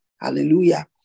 hallelujah